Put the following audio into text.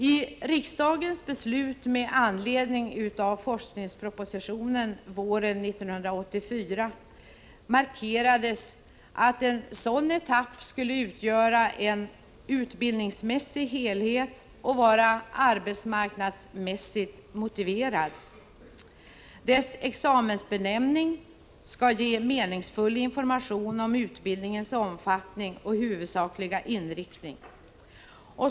I riksdagens beslut med anledning av forskningspropositionen våren 1984 markerades att en sådan etapp skulle utgöra en utbildningsmässig helhet och vara arbetsmarknadsmässigt motiverad. Dess examensbenämning skall ge meningsfull information om utbildningens omfattning och huvudsakliga inriktning.